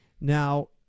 Now